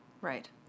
Right